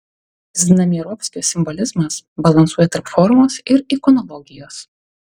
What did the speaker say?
znamierovskio simbolizmas balansuoja tarp formos ir ikonologijos